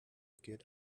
get